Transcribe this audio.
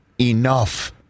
Enough